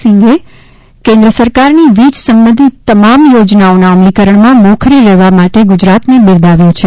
સિંહે કેન્ર્ઓ સરકારની વીજ સંબધિત તમામ યોજનાઓના અમલીકરણમાં મોખરે રહેવા માટે ગુજરાતને બિરદાવ્યુ છે